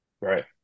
Right